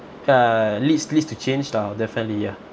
ya leads leads to change lah definitely ya